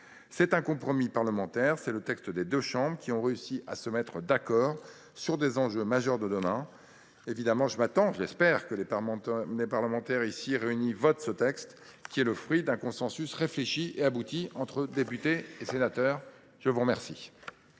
donc un compromis parlementaire, un texte issu des deux chambres, qui ont réussi à se mettre d’accord sur les enjeux majeurs de demain. Bien évidemment, j’espère que les parlementaires ici réunis voteront ce texte, qui est le fruit d’un consensus réfléchi et abouti entre députés et sénateurs. Nous passons